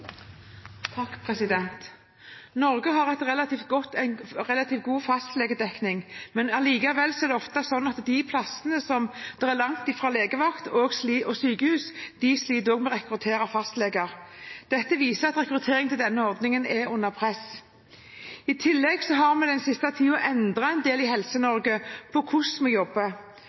en relativt god fastlegedekning. Allikevel er det ofte slik at på de stedene som ligger langt fra legevakt og sykehus, sliter en med å rekruttere fastleger. Dette viser at rekrutteringen til denne ordningen er under press. I tillegg har en den siste tiden endret en del i Helse-Norge når det gjelder hvordan